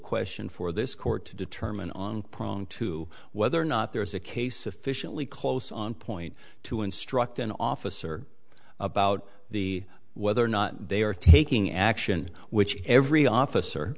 question for this court to determine on prong two whether or not there is a case efficiently close on point to instruct an officer about the whether or not they are taking action which every officer